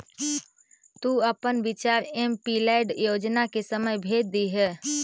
तु अपन विचार एमपीलैड योजना के समय भेज दियह